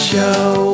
Show